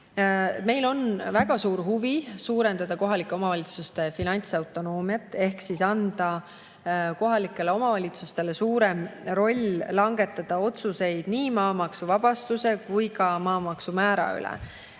Meil on väga suur huvi suurendada kohalike omavalitsuste finantsautonoomiat ehk anda kohalikele omavalitsustele suurem roll langetada otsuseid nii maamaksuvabastuse kui ka maamaksumäära üle.